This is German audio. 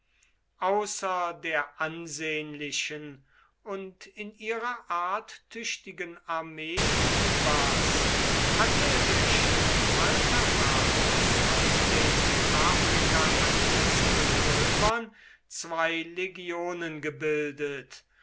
außer der ansehnlichen und in ihrer art tüchtigen armee jubas hatte der statthalter varus aus den in afrika ansässigen römern zwei legionen gebildet